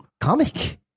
comic